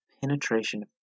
penetration